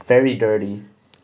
very dirty